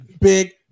Big